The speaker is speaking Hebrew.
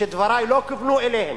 שדברי לא כוונו אליהם,